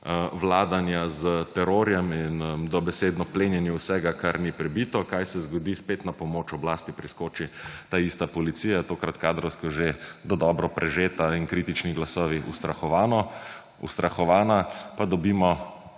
vladanja s terorjem in dobesedno plenjenju vsega, kar ni pribito, kaj se zgodi? Spet na pomoč oblasti priskoči taista policija, tokrat kadrovsko že dodobra prežeta in kritični glasovi ustrahovani. Pa dobimo